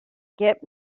get